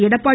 Edappadi